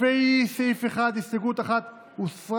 לפני סעיף 1, הסתייגות 1 הוסרה.